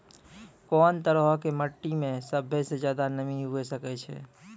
कोन तरहो के मट्टी मे सभ्भे से ज्यादे नमी हुये सकै छै?